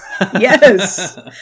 Yes